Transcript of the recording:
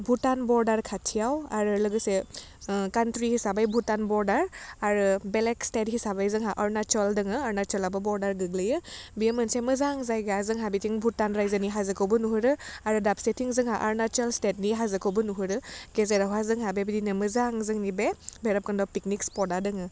Bhutan border खाथियाव आरो लोगोसे कान्ट्रि हिसाबै भुटान बर्डार आरो बेलेग स्टेट हिसाबै जोंहा अरुणाचल दोङो अरुणाचलाबो बर्डार गोग्लैयो बेयो मोनसे मोजां जायगा जोंहा बिथिं भुटान रायजोनि हाजोखौबो नुहरो आरो दाबसेथिं जोंहा अरुणाचल स्टेटनि हाजोखौबो नुहरो गेजेरावहाय जोंहा बेबायदिनो मोजां जोंनि बे भेरबखुन्द पिकनिक सिफदा दोङो